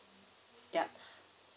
ya